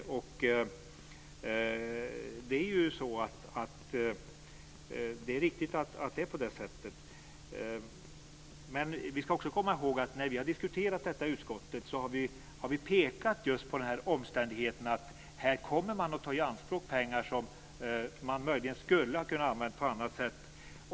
Det är riktigt att det är på det sättet. Men vi ska också komma ihåg en annan sak. När vi har diskuterat detta i utskottet har vi pekat på just den omständigheten att man kommer att ta i anspråk pengar som man möjligen skulle ha kunnat använda på annat sätt.